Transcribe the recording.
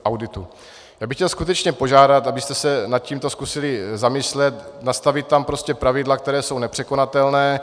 Já bych chtěl skutečně požádat, abyste se nad tím zkusili zamyslet, nastavit tam prostě pravidla, která jsou nepřekonatelná.